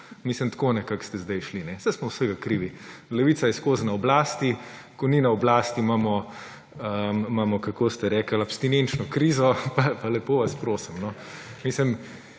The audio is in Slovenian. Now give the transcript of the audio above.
zagrešil. Tako nekako ste zdaj šli. Saj smo vsega krivi, Levica je ves čas na oblasti, ko ni na oblasti, imamo − kako ste rekli − abstinenčno krizo. Pa lepo vas prosim! Saj